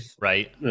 Right